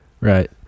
Right